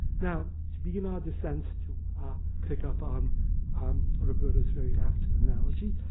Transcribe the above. now, to begin our descent to pick up on um roberta's very apt analogy,